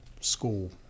school